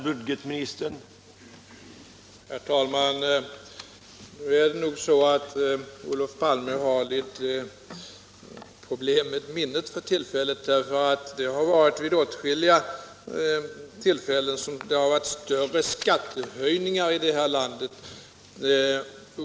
Herr talman! Olof Palme har bestämt litet problem med minnet just nu. Det har genomförts större skattehöjningar vid åtskilliga tillfällen i det här landet.